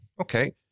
Okay